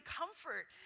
comfort